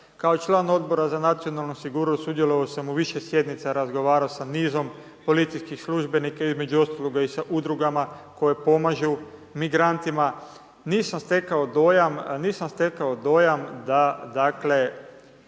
Kao član Odbora za nacionalnu sigurnost sudjelovao sam u više sjednica, razgovarao sa nizom policijskih službenika, između ostaloga i sa Udrugama koje pomažu migrantima. Nisam stekao dojam da, dakle,